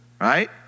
Right